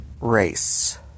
Race